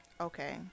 Okay